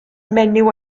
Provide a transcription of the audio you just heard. menyw